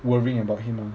worrying about him ah